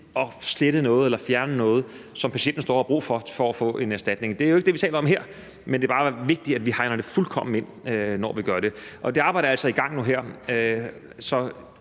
at slette noget eller fjerne noget, som patienten står og har brug for for at få en erstatning. Det er jo ikke det, vi taler om her, men det er bare vigtigt, at vi hegner det fuldkommen ind, når vi gør det. Og det arbejde er altså i gang nu og